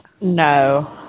No